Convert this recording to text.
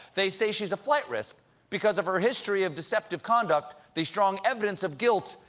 they say she's a flight risk because of her history of deceptive conduct, the strong evidence of guilt,